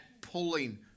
pulling